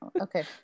Okay